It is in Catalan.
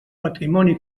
patrimoni